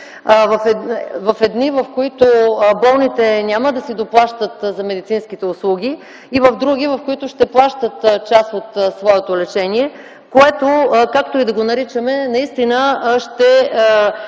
в едни, в които болните няма да си доплащат за медицинските услуги, и в други, в които ще плащат част от своето лечение, което, както и да го наричаме, наистина ще